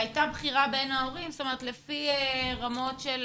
והייתה בחירה בין ההורים, זאת אומרת, לפי רמות של